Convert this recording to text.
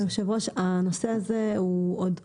יושב הראש, הנושא הזה הוא עוד רחב.